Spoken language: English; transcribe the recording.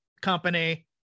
company